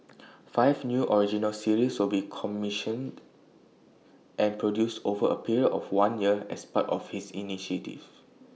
five new original series will be commissioned and produced over A period of one year as part of his initiative